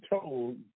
told